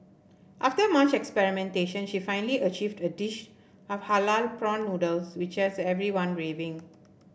after much experimentation she finally achieved a dish of halal prawn noodles which has everyone raving